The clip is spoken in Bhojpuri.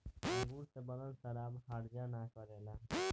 अंगूर से बनल शराब हर्जा ना करेला